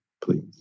please